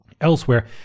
Elsewhere